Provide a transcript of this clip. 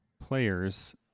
players